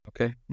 Okay